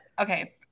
okay